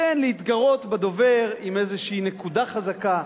כן, להתגרות בדובר עם איזו נקודה חזקה.